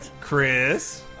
Chris